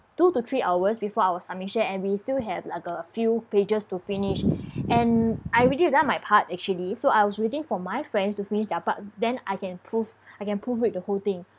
two to three hours before our submission and we still have like a few pages to finish and I already done my part actually so I was waiting for my friends to finish their part then I can proof I can proofread the whole thing